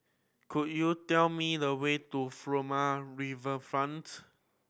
could you tell me the way to Furama Riverfront